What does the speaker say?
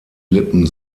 lippen